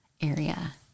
area